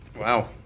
wow